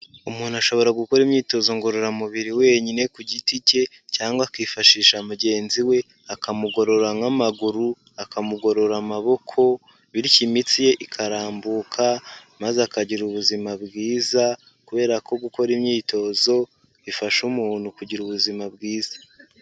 Umuntu ashobora gukora imyitozo ngororamubiri wenyine ku giti cye cyangwa akifashisha mugenzi we, akamugorora nk'amaguru, akamugorora amaboko, bityo imitsi ye ikarambuka, maze akagira ubuzima bwiza kubera ko gukora imyitozo bifasha umuntu kugira ubuzima bwiza.